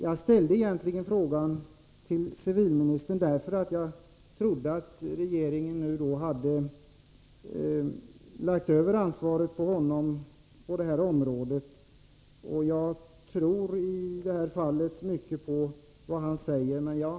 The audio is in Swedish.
Jag ställde egentligen frågan till civilministern, eftersom jag trodde att regeringen nu hade lagt över ansvaret när det gäller detta område på honom. Jag fäster stor tilltro till vad denne säger i dessa frågor.